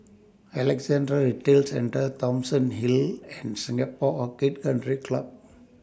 Alexandra Retail Centre Thomson Hill and Singapore Orchid Country Club